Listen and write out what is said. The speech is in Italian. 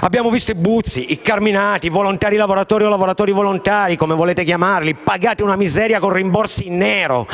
Abbiamo visto i Buzzi, i Carminati, i volontari-lavoratori o lavoratori-volontari (come volete chiamarli), pagati una miseria con rimborsi in nero,